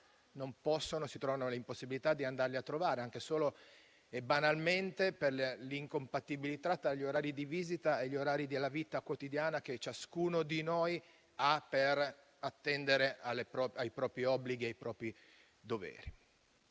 che spesso si trovano nell'impossibilità di andarli a trovare, anche solo e banalmente per l'incompatibilità tra gli orari di visita e quelli della vita quotidiana che ciascuno di noi ha per attendere ai propri obblighi e ai propri doveri.